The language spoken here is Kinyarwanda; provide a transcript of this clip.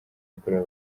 yakorewe